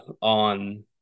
on